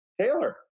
Taylor